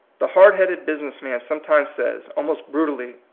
the hard-headed business man sometimes says, almost brutally,